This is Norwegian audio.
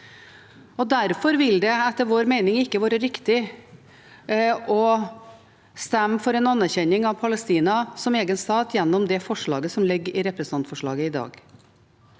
Derfor vil det etter vår mening ikke være riktig å stemme for en anerkjennelse av Palestina som egen stat gjennom det forslaget som ligger i representantforslaget i dag.